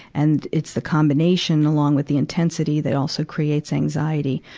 and it's the combination along with the intensity that also creates anxiety.